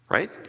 Right